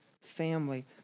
family